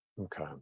Okay